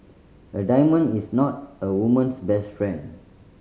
a diamond is not a woman's best friend